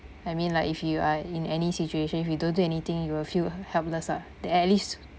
I mean like if you are in any situation if you don't do anything you will feel helpless ah the at least